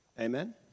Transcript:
Amen